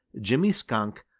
jimmy skunk,